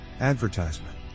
Advertisement